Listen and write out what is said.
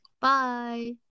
bye